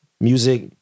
Music